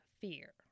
fear